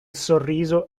sorriso